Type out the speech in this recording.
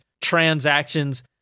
transactions